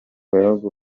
bihugu